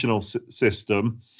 system